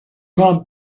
mom